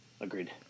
Agreed